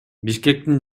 бишкектин